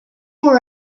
were